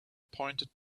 pointed